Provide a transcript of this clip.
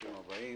ברוכים הבאים.